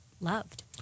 loved